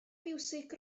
fiwsig